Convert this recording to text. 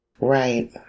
Right